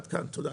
תודה.